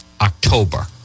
October